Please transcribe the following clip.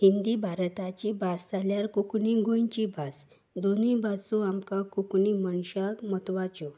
हिंदी भारताची भास जाल्यार कोंकणी गोंयची भास दोनूय भासो आमकां कोंकणी मनशाक म्हत्वाच्यो